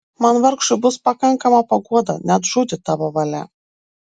man vargšui bus pakankama paguoda net žūti tavo valia